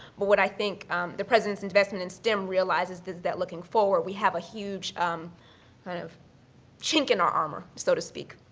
but what i think the president's investment in stem realizes is that looking forward we have a huge kind of chink in our armor, so-to-speak,